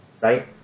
right